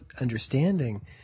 understanding